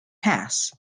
pass